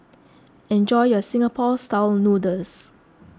enjoy your Singapore Style Noodles